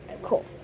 cool